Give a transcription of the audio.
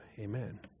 Amen